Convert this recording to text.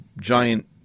giant